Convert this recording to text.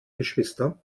geschwister